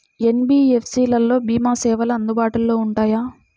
NBFC లలో భీమా సేవలు అందుబాటులో ఉంటాయా?